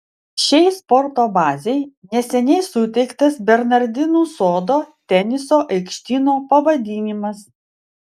šiai sporto bazei neseniai suteiktas bernardinų sodo teniso aikštyno pavadinimas